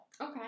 Okay